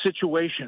situation